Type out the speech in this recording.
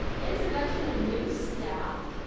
introduction of new staff.